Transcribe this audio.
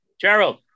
Gerald